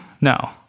No